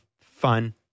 fun